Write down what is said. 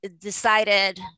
decided